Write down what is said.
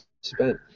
spent